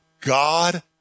God